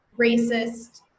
racist